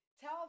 tell